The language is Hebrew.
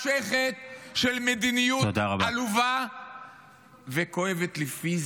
מתמשכת, של מדיניות עלובה וכואבת לי פיזית.